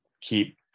keep